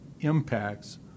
impacts